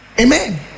Amen